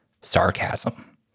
sarcasm